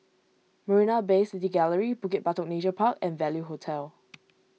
Marina Bay City Gallery Bukit Batok Nature Park and Value Hotel